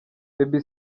baby